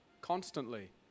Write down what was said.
constantly